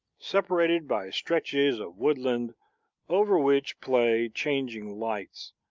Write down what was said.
separated by stretches of woodland over which play changing lights,